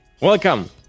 Welcome